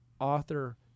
author